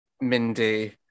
Mindy